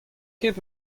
ket